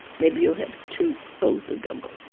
maybe you'll have two bowls of gumbo.